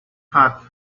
hot